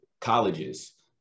colleges